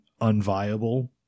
unviable